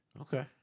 Okay